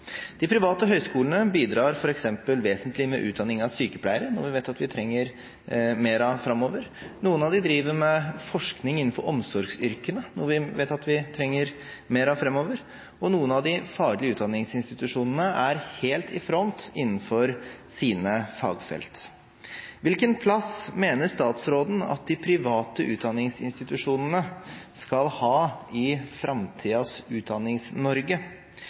De private høyskolene bidrar f.eks. vesentlig med utdanning av sykepleiere, noe som vi vet at vi trenger mer av framover. Noen av dem driver med forskning innenfor omsorgsyrkene, noe som vi vet at vi trenger mer av framover. Og noen av de faglige utdanningsinstitusjonene er helt i front innenfor sine fagfelt. Hvilken plass mener statsråden at de private utdanningsinstitusjonene skal ha i